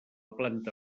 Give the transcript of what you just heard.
planta